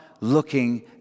looking